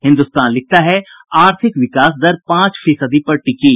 हिन्दुस्तान लिखता है आर्थिक विकास दर पांच फीसदी पर टिकी